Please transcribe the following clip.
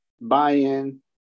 buy-in